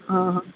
ಹಾಂ ಹಾಂ